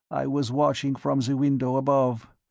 i was watching from the window above.